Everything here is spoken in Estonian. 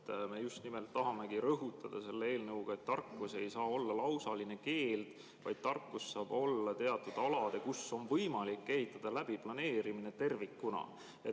me just nimelt tahamegi rõhutada selle eelnõuga, et tarkus ei saa olla lausaline keeld, vaid tarkus saab olla teatud alade, kuhu on võimalik ehitada, läbiplaneerimine tervikuna.